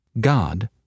God